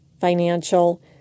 financial